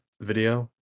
video